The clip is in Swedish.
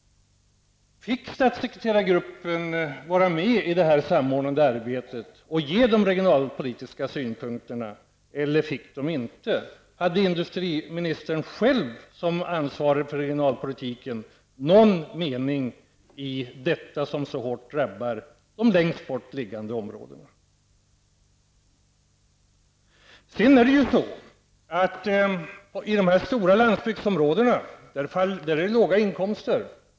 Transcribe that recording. Fick statssekreterargruppen vara med i det samordnande arbetet och komma med regionalpolitiska synpunkter eller fick den inte det? Hade industriministern själv, såsom ansvarig för regionalpolitiken, någon mening om detta som så hårt drabbar de längst bort liggande områdena? I de stora landsbygdsområdena har man låga inkomster.